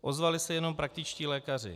Ozvali se jenom praktičtí lékaři.